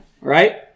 right